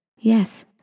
Yes